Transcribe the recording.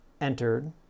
entered